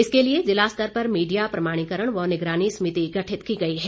इसके लिए ज़िला स्तर पर मीडिया प्रमाणीकरण व निगरानी समिति गठित की गई है